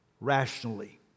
rationally